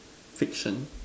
fiction